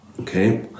okay